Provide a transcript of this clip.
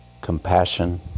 compassion